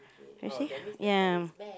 you see ya